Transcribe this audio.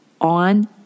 on